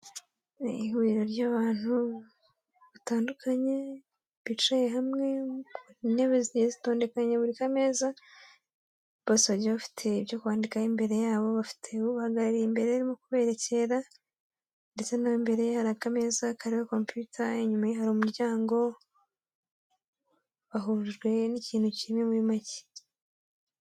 Ihuriro ry'abantu batandukanye, bicaye hamwe, intebe zigiye zitondekanye buri ka meza, bose bagiye bafite ibyo kwandika imbere yabo, bafite ubahagarariye imbere arimo kuberekera ndetse nawe imbere ye hari akameza kariho computer, inyuma ye hari umuryango, bahujwe n'ikintu kimwe muri make.